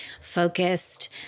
focused